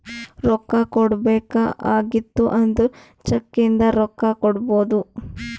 ರೊಕ್ಕಾ ಕೊಡ್ಬೇಕ ಆಗಿತ್ತು ಅಂದುರ್ ಚೆಕ್ ಇಂದ ರೊಕ್ಕಾ ಕೊಡ್ಬೋದು